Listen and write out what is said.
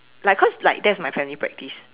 like cause like that is my family practice